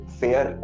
fair